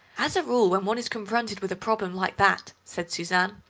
as a rule when one is confronted with a problem like that, said suzanne,